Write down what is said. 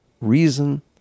reason